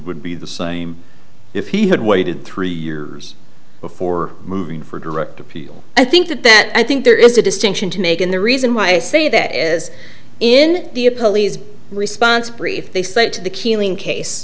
would be the same if he had waited three years before moving for direct appeal i think that i think there is a distinction to make and the reason why i say that is in the police response brief they cite to the keeling case